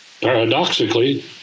paradoxically